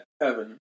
heaven